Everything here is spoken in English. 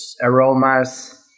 aromas